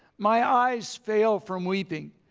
my eyes fail from weeping.